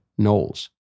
Knowles